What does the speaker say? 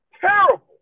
terrible